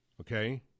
Okay